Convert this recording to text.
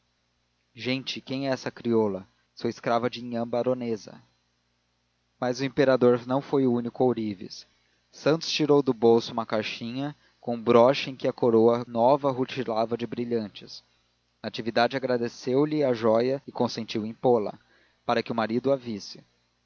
gente quem é esta crioula sou escrava de nhã baronesa mas o imperador não foi o único ourives santos tirou do bolso uma caixinha com um broche em que a coroa nova rutilava de brilhantes natividade agradeceu-lhe a joia e consentiu em pô-la para que o marido